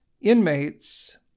Inmates